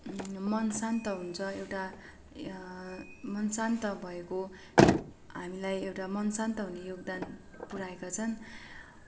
मन शान्त हुन्छ एउटा मन शान्त भएको हामीलाई एउटा मन शान्त हुने योगदान पुऱ्याएका छन्